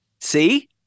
See